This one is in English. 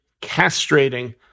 castrating